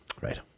right